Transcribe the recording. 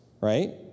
right